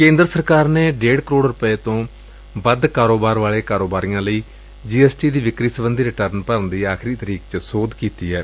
ਕੇਂਦਰ ਸਰਕਾਰ ਨੇ ਡੇਢ ਕਰੋੜ ਰੁਪਏ ਤੋਂ ਵੱਧ ਕਾਰੋਬਾਰ ਵਾਲੇ ਕਾਰੋਬਾਰੀਆਂ ਲਈ ਜੀ ਐਸ ਟੀ ਦੀ ਵਿਕਰੀ ਸਬੰਧੀ ਰਿਟਰਨ ਭਰਨ ਦੀ ਆਖਰੀ ਤਰੀਕ ਵਿਚ ਸੋਧ ਕੀਤੀ ਏ